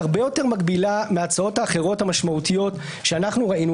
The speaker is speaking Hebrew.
היא הרבה יותר מגבילה מההצעות האחרות המשמעותיות שאנחנו ראינו,